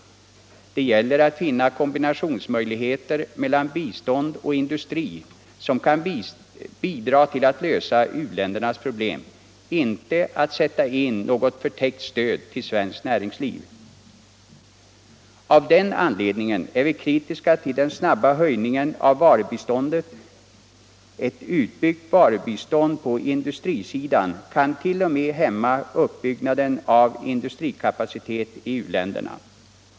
Det gäller att finna kombinationsmöjligheter mellan bistånd och industri som kan bidra till att lösa u-ländernas problem, inte att sätta in något förtäckt stöd till svenskt näringsliv. Av den anledningen är vi kritiska mot den snabba höjningen av varubiståndet — ett utbyggt varubistånd på industrisidan kant.o.m. hämma uppbyggnaden av industrikapacitet i u-länderna.